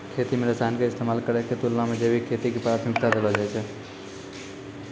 खेती मे रसायन के इस्तेमाल करै के तुलना मे जैविक खेती के प्राथमिकता देलो जाय छै